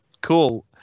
cool